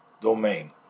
domain